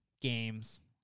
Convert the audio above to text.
games